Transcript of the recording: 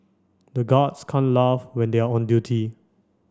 the guards can't laugh when they are on duty